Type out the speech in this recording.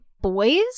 boys